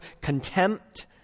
contempt